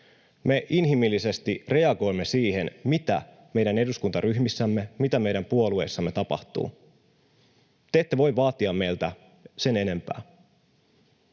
Me inhimillisesti reagoimme siihen, mitä meidän eduskuntaryhmissämme, mitä meidän puolueissamme tapahtuu. Te ette voi vaatia meiltä sen enempää.